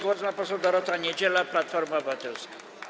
Głos ma poseł Dorota Niedziela, Platforma Obywatelska.